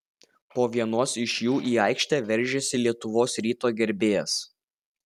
po vienos iš jų į aikštę veržėsi lietuvos ryto gerbėjas